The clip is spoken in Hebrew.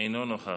אינו נוכח.